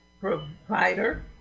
provider